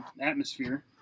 atmosphere